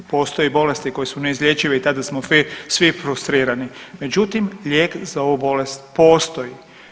Postoje bolesti koje su neizlječive i tada smo svi frustrirani, međutim, lijek za ovu bolest postoji.